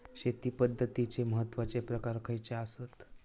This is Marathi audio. शेती पद्धतीचे महत्वाचे प्रकार खयचे आसत?